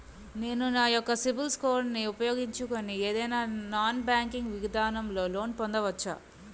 నేను నా యెక్క సిబిల్ స్కోర్ ను ఉపయోగించుకుని ఏదైనా నాన్ బ్యాంకింగ్ విధానం లొ లోన్ పొందవచ్చా?